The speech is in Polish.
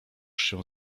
się